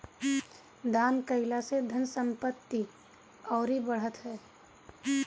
दान कईला से धन संपत्ति अउरी बढ़त ह